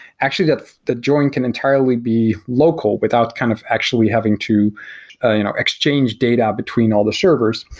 actually, the the drawing can entirely be local without kind of actually having to you know exchange data between all the servers.